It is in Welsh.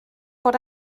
bod